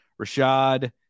Rashad